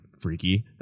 freaky